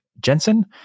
Jensen